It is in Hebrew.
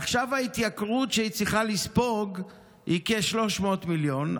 ועכשיו ההתייקרות שהיא צריכה לספוג היא כ-300 מיליון.